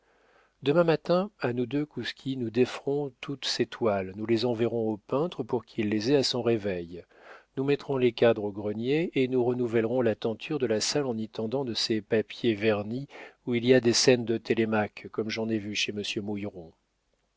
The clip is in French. demain matin à nous deux kouski nous déferons toutes ces toiles nous les enverrons au peintre pour qu'il les ait à son réveil nous mettrons les cadres au grenier et nous renouvellerons la tenture de la salle en y tendant de ces papiers vernis où il y a des scènes de télémaque comme j'en ai vu chez